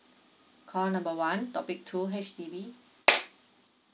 call number one topic two H_D_B